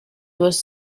was